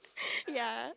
ya